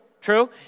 True